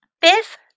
Biff